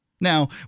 Now